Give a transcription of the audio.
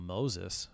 Moses